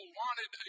wanted